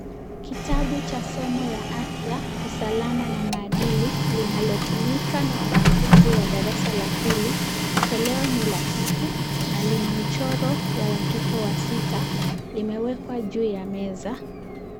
Kitabu cha somo ya afya, usalama na maadili linalotumika na wanafunzi wa darasa la pili, toleo ni la tatu na lina mchoro ya watoto wasita limewekwa juu ya meza.